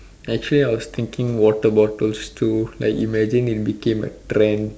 actually I was thinking water bottles too like imagine it became a trend